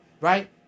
right